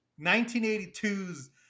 1982's